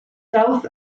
south